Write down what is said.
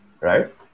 right